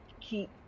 keep